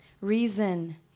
reason